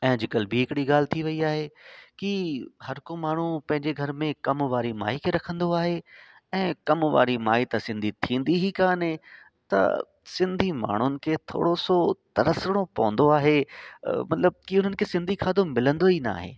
ऐं अॼु कल्ह बि हिकिड़ी ॻाल्हि थी वयी आहे कि हर को माण्हू पंहिंजे घर में कम वारी माई खे रखंदो आहे ऐं कम वारी माई त सिंधी थींदी ई कान्हे त सिंधियुनि माण्हुनि खे थोरो सो तरसणो पवंदो आहे मतिलब कि सिंधी खाधो मिलंदो ई न आहे